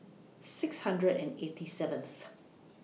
six hundred and eighty seventh